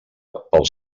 pels